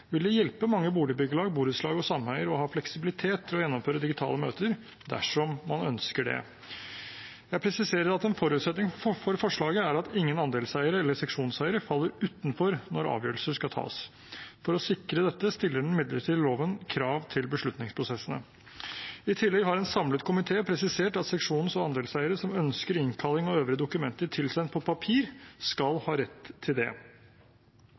vil det hjelpe mange boligbyggelag, borettslag og sameier å ha fleksibilitet til å gjennomføre digitale møter dersom man ønsker det. Jeg presiserer at en forutsetning for forslaget er at ingen andelseiere eller seksjonseiere faller utenfor når avgjørelser skal tas. For å sikre dette stiller den midlertidige loven krav til beslutningsprosessene. I tillegg har en samlet komité presisert at seksjons- og andelseiere som ønsker innkalling og øvrige dokumenter tilsendt på papir, skal ha rett til det.